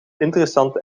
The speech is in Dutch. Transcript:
interessante